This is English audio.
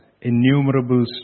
innumerable